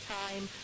time